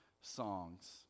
songs